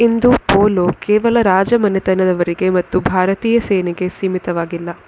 ಇಂದು polo ಕೇವಲ ರಾಜಮನೆತನದವರಿಗೆ ಮತ್ತು ಭಾರತೀಯ ಸೇನೆಗೆ ಸೀಮಿತವಾಗಿಲ್ಲ